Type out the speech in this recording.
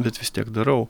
bet vis tiek darau